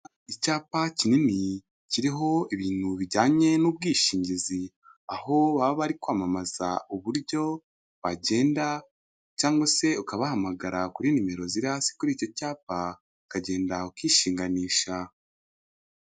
Icyapa kinini kiriho ibintu bijyanye n'ubwishingizi aho waba wari kwamamaza uburyo wagenda cyangwa se ukabahamagara kuri nimero ziri hasi kuri icyo cyapa ukagenda ukishinganisha.